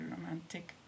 romantic